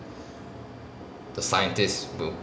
the scientist will